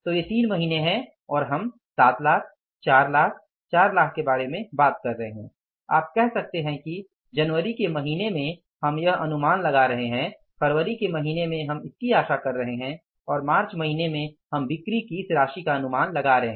तो ये तीन महीने हैं और हम 7 लाख 4 लाख 4 लाख के बारे में बात कर रहे हैं आप कह सकते हैं कि जनवरी के महीने में हम यह अनुमान लगा रहे हैं फरवरी के महीने में हम इसकी आशा कर रहे हैं और मार्च महीना में हम बिक्री की इस राशि का अनुमान लगा रहे हैं